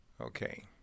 Okay